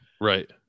Right